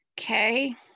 okay